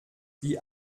die